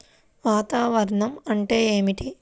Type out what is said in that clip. వాతావరణం అంటే ఏమిటి?